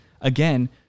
again